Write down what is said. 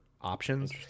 options